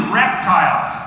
reptiles